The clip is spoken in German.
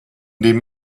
dem